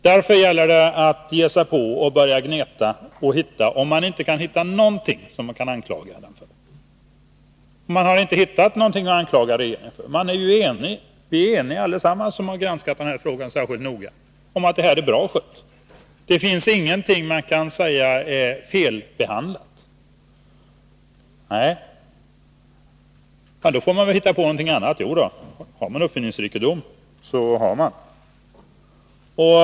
Därför gällde det för dem att börja gneta och försöka hitta någonting som de kunde anklaga regeringen för. Men oppositionen har inte hittat någonting sådant. Alla som har granskat denna fråga särskilt noga är ju överens om att detta ärende är bra skött. Det finns ingenting som man kan säga är felbehandlat. Då får vi väl hitta på någonting annat, tycks oppositionen ha resonerat. Och har man uppfinningsrikedom, går det ju bra.